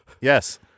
yes